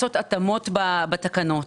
לעשות התאמות בתקנות.